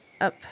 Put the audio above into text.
up